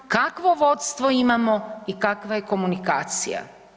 Kakvo vodstvo imamo i kakva je komunikacija?